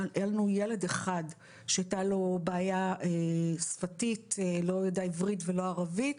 היה לנו ילד אחד שהייתה לו בעיה שפתית - לא ידע עברית ולא ערבית.